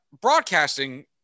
broadcasting